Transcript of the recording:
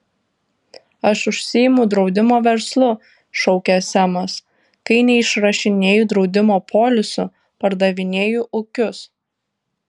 aš užsiimu draudimo verslu šaukė semas kai neišrašinėju draudimo polisų pardavinėju ūkius